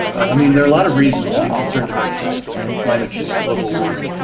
i mean there are a lot of reasons to be concerned about climate change, global warming,